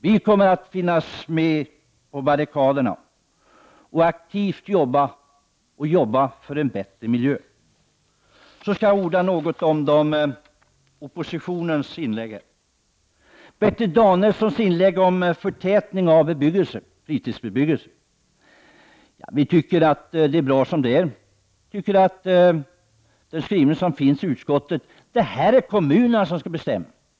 Vi kommer att finnas med på barrikaderna och aktivt jobba för en bättre miljö. Jag skall något kommentera oppositionens inlägg. Bertil Danielsson tog upp frågan om förtätning av fritidsbebyggelse. Vi anser att utskottets skrivning är bra som den är. Detta är något för kommunerna att besluta om.